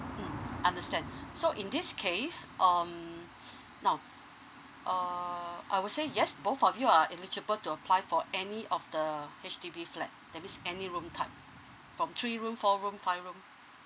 mm understand so in this case um now uh I would say yes both of you are eligible to apply for any of the H_D_B flat that means any room type from three room four room five room